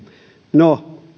no